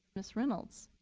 ms. reynolds.